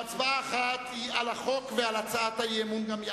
ההצבעה האחת היא על החוק ועל הצעת האי-אמון גם יחד.